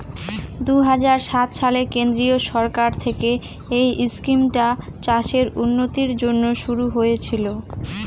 দুই হাজার সাত সালে কেন্দ্রীয় সরকার থেকে এই স্কিমটা চাষের উন্নতির জন্যে শুরু হয়েছিল